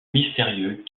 mystérieux